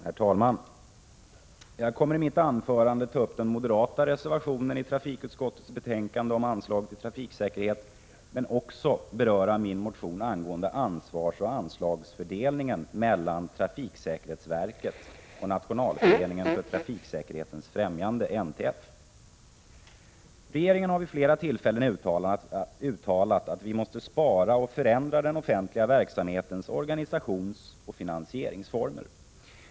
Herr talman! Jag kommer i mitt anförande att ta upp den moderata reservationen i trafikutskottets betänkande men också beröra min motion angående ansvarsoch anslagsfördelningen mellan trafiksäkerhetsverket och Nationalföreningen för trafiksäkerhetens främjande, NTF. Regeringen har vid flera tillfällen uttalat att vi måste spara och förändra den offentliga verksamhetens organisationsoch finansieringsformer.